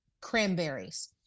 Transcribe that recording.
cranberries